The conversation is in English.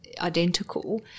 identical